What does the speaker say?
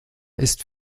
ist